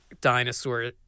dinosaur